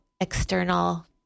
external